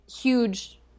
huge